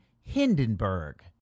Hindenburg